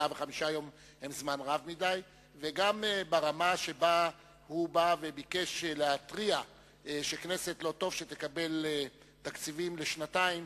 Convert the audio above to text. וגם בא וביקש להתריע שלא טוב שהכנסת תקבל תקציבים לשנתיים,